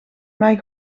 mij